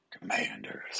commanders